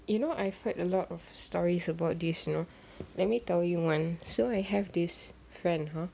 you know I've heard a lot of stories about this you know let me tell you one so I have this friend !huh!